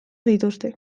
dituzte